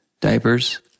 diapers